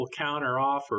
counteroffer